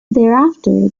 thereafter